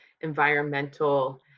environmental